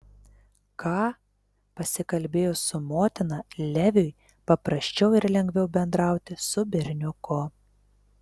ką pasikalbėjus su motina leviui paprasčiau ir lengviau bendrauti su berniuku